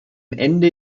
ende